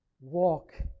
walk